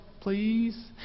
please